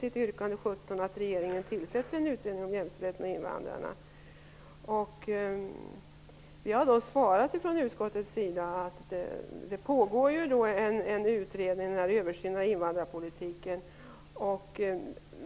Från utskottets sida har vi svarat att det pågår en översyn av invandrarpolitiken.